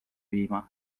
viima